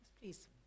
Please